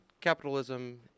capitalism